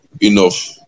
enough